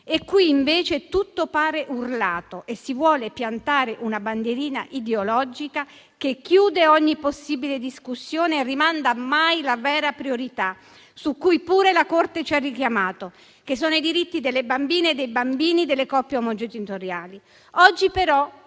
Qui invece tutto pare urlato e si vuole piantare una bandierina ideologica che chiude ogni possibile discussione e rimanda a mai la vera priorità su cui pure la Corte costituzionale ci ha richiamato: i diritti delle bambine e dei bambini delle coppie omogenitoriali. Oggi però